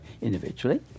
individually